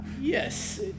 Yes